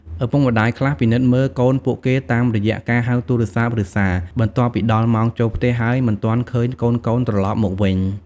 ឪពុកម្តាយខ្លះពិនិត្យមើលកូនពួកគេតាមរយៈការហៅទូរស័ព្ទ ឬសារ បន្ទាប់ពីដល់ម៉ោងចូលផ្ទះ ហើយមិនទាន់ឃើញកូនៗត្រឡប់មកវិញ។